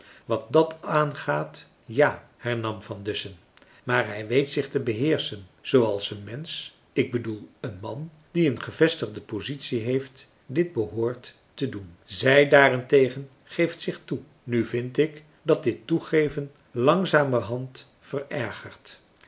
wat dat aangaat ja hernam van dussen maar hij weet zich te beheerschen zooals een mensch ik bedoel een man die een gevestigde positie heeft dit behoort te doen zij daarentegen geeft zich toe nu vind ik dat dit toegeven langzamerhand verergert